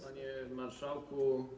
Panie Marszałku!